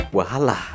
Wahala